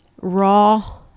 raw